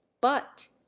But